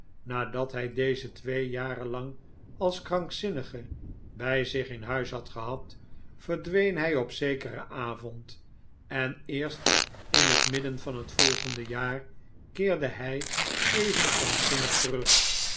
nadat hy dezen twee jaren lang als krankzinnige bij zich in huis had gehad verdween hy op zekeren avond en eerst in het midden van het volgende jaar keerde hij even krankzinnig terug